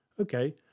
Okay